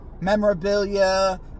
memorabilia